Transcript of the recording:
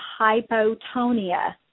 hypotonia